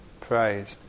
praised